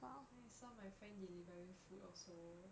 then I saw my friend delivering food also